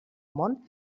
món